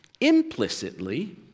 Implicitly